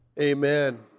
Amen